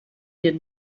dir